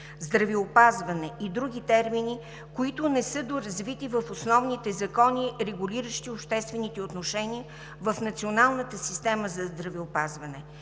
„здравеопазване“ и други термини, които не са доразвити в основаните закони, регулиращи обществените отношения в Националната система за здравеопазване,